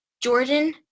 jordan